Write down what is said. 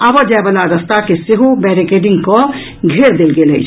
आबऽजायवला रस्ता के सेहो बैरिकेडिंग कऽ घेर देल गेल अछि